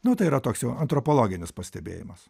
nu tai yra toks jau antropologinis pastebėjimas